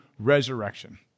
resurrection